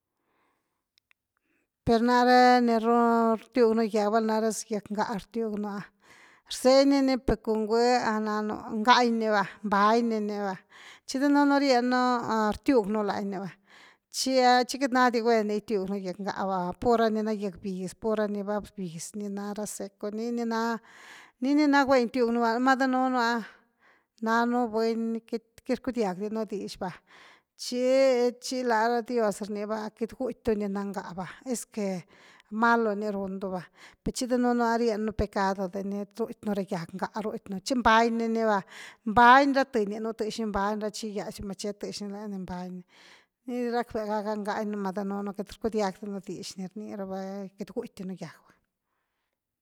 Per náre ni ru-rtiugnu gyag val’nare sa gyag ngá rtiugnu ah rseñ nini per com bgui a nanu ngáh niniva, mbañ nii ni va chi danuunu rieñnu rtiugnu lani nii va, chi ah chií queity na di guen gitiugnú gyag bgá va pur ra niná gyag biz, pur rani va biz ni nara seco nii nina, nii ni na guen gigiugnu, numa danuunu ah nanu buny queity rcudiag di un dixva, chi-chi la ra dios rniqueity gutydu ni nángáh esque malo ni rundu va, per chi danuunu ah rieñnu pecado de ni rutynu ra gyag ngáh rutynu, chi mbañni ni va, bañ ra thëny nú texni mbañ ra, chi gigiasiu machet texni lani mbañni, ni rackve gaga ngañ núma danunuqueity rcudiag di nú dix ni rniravaqueity guti dinu gyag va.